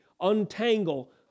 untangle